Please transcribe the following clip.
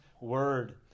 word